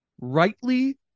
rightly